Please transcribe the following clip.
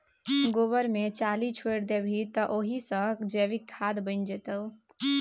गोबर मे चाली छोरि देबही तए ओहि सँ जैविक खाद बनि जेतौ